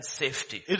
safety